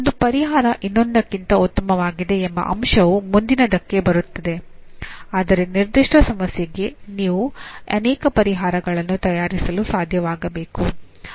ಒಂದು ಪರಿಹಾರ ಇನ್ನೊಂದಕ್ಕಿಂತ ಉತ್ತಮವಾಗಿದೆ ಎಂಬ ಅಂಶವು ಮುಂದಿನದಕ್ಕೆ ಬರುತ್ತದೆ ಆದರೆ ನಿರ್ದಿಷ್ಟ ಸಮಸ್ಯೆಗೆ ನೀವು ಅನೇಕ ಪರಿಹಾರಗಳನ್ನು ತಯಾರಿಸಲು ಸಾಧ್ಯವಾಗಬೇಕು